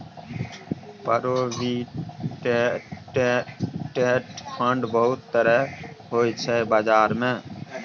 provident fund बहुत तरहक होइ छै बजार मे